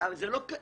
זה הכול.